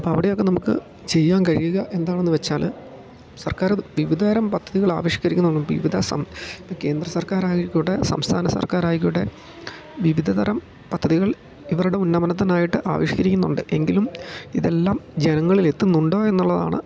അപ്പം അവിടെയൊക്കെ നമുക്ക് ചെയ്യാൻ കഴിയുക എന്താണെന്ന് വച്ചാൽ സർക്കാർ വിവിധതരം പദ്ധതികൾ ആവിഷ്കരിക്കുന്നുണ്ട് വിവിധ കേന്ദ്ര സർക്കാരായിക്കോട്ടെ സംസ്ഥാന സർക്കാരായിക്കോട്ടെ വിവിധ തരം പദ്ധതികൾ ഇവരുടെ ഉന്നമനത്തനായിട്ട് ആവിഷ്കരിക്കുന്നുണ്ട് എങ്കിലും ഇതെല്ലാം ജനങ്ങളിലെത്തുന്നുണ്ടോ എന്നുള്ളതാണ്